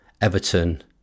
Everton